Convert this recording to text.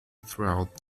throughout